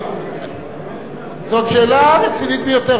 זאת שאלה רצינית ביותר, מה זה.